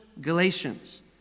Galatians